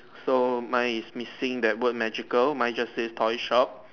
so mine is missing that word magical mine just say polish up